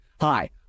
Hi